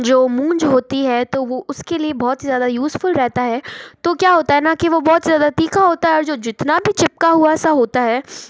जो मूंज होती है तो वह उसके लिए बहुत ही ज़्यादा यूज़फुल रहता है तो क्या होता है न कि वह बहुत ज़्यादा तीखा होता है और जो जितना भी चिपका हुआ सा होता है